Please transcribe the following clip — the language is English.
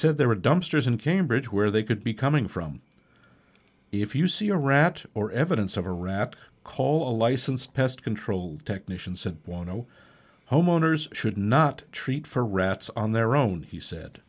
said there were dumpsters in cambridge where they could be coming from if you see a rat or evidence of a rat call a licensed pest control technician said one zero home owners should not treat for rats on their own he said